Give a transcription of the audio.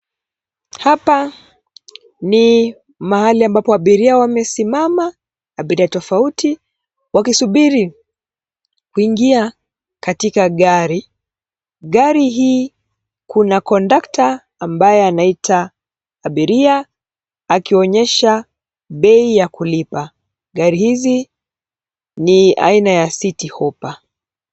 Hapa ni mahali ambapo abiria wamesimama, abiria tofauti, wakisubiri kuingia katika gari. Gari hii kuna kondakta ambaye anaita abiria akionyesha bei ya kulipa. Gari hizi ni aina ya City Hoppa.